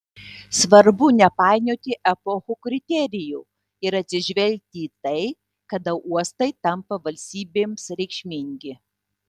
svarbu nepainioti epochų kriterijų ir atsižvelgti į tai kada uostai tampa valstybėms reikšmingi